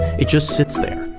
it just sits there,